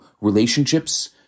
relationships